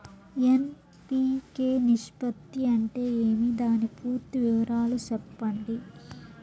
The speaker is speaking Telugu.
ఎన్.పి.కె నిష్పత్తి అంటే ఏమి దాని పూర్తి వివరాలు సెప్పండి?